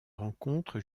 rencontre